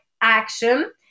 action